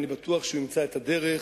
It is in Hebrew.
ואני בטוח שהוא ימצא את הדרך